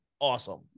awesome